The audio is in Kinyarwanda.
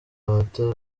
amatara